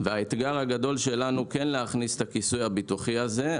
והאתגר הגדול שלנו כן להכניס את הכיסוי הביטוחי הזה,